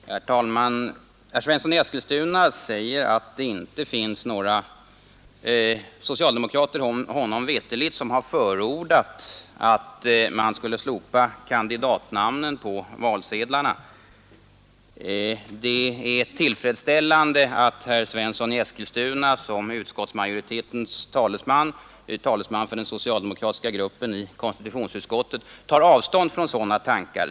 Herr talman! Herr Svensson i Eskilstuna säger att det inte finns några socialdemokrater, honom veterligt, som har förordat att man skulle slopa kandidatnamnen på valsedlarna. Det är tillfredsställande att herr Svensson som talesman för den socialdemokratiska gruppen i konstitutionsutskottet tar avstånd från sådana tankar.